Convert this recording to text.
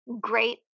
great